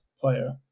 player